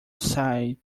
side